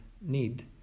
need